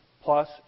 Plus